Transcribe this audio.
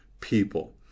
people